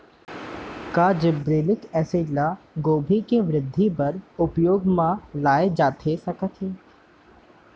का gibberellic acid ल गोभी के वृद्धि बर उपयोग म लाये जाथे सकत हे?